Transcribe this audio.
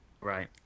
Right